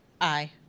Aye